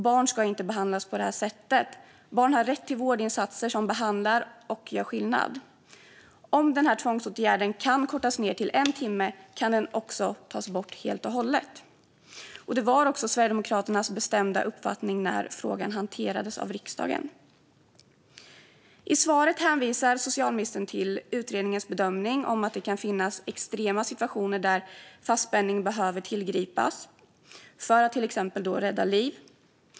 Barn ska inte behandlas på det sättet. Barn har rätt till vårdinsatser som behandlar och gör skillnad. Om denna tvångsåtgärd kan kortas ned till en timme kan den också tas bort helt och hållet. Det var också Sverigedemokraternas bestämda uppfattning när frågan hanterades av riksdagen. I sitt svar hänvisar socialministern till utredningens bedömning att det kan finnas extrema situationer där fastspänning behöver tillgripas för att till exempel rädda liv.